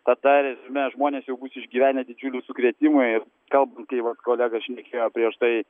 tada ir mes žmonės jau bus išgyvenę didžiulius sukrėtimų ir galbūt kai vat kolega šnekėjo prieš tai